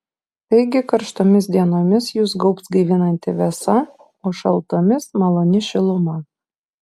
taigi karštomis dienomis jus gaubs gaivinanti vėsa o šaltomis maloni šiluma